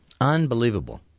Unbelievable